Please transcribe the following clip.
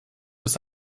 bis